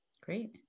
Great